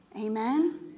Amen